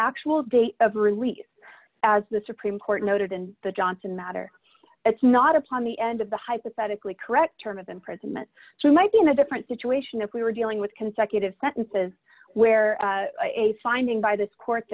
actual date of release as the supreme court noted in the johnson matter it's not upon the end of the hypothetically correct term of imprisonment to might be in a different situation if we were dealing with consecutive sentences where a finding by this court